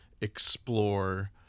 explore